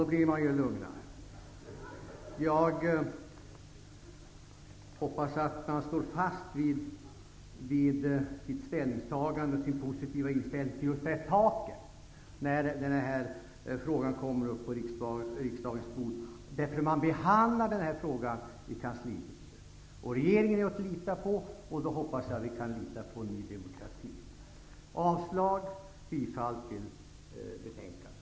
Då blir de lugnade. Jag hoppas att Ny demokrati står fast vid sitt positiva ställningstagande till just det här taket när frågan kommer upp på riksdagens bord. För man behandlar den här frågan i kanslihuset. Regeringen är att lita på, och jag hoppas att vi kan lita på Ny demokrati. Jag yrkar avslag på reservationen och bifall till utskottets hemställan.